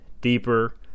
deeper